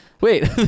Wait